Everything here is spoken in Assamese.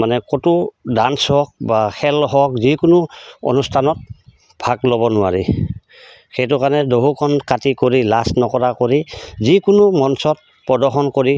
মানে ক'তো ডান্স হওক বা খেল হওক যিকোনো অনুষ্ঠানত ভাগ ল'ব নোৱাৰি সেইটো কাৰণে দহুকণ কাটি কৰি লাজ নকৰা কৰি যিকোনো মঞ্চত প্ৰদৰ্শন কৰি